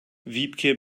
wiebke